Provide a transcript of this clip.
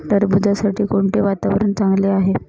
टरबूजासाठी कोणते वातावरण चांगले आहे?